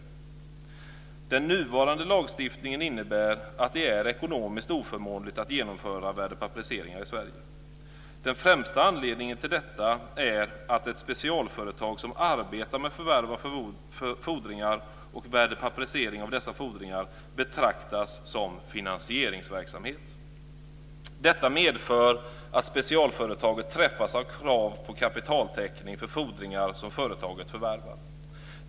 Den nuvarande lagstiftningen innebär att det är ekonomiskt oförmånligt att genomföra värdepapperisering i Sverige. Det främsta anledningen till detta är att förvärv av fordringar och värdepapperisering av dessa fordringar betraktas som finansieringsverksamhet. Detta medför att specialföretaget träffas av krav på kapitaltäckning för fordringar som företaget förvärvar.